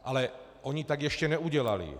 Ale oni tak ještě neudělali.